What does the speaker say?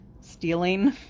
stealing